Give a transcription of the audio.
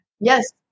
yes